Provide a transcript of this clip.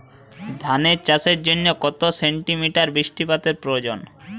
ধান চাষের জন্য কত সেন্টিমিটার বৃষ্টিপাতের প্রয়োজন?